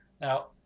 now